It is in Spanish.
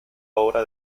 obra